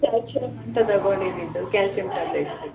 calcium ಅಂತ ತಗೊಂಡಿದ್ದು calcium tablets